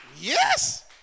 Yes